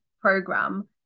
program